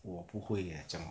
我不会 leh 讲 lor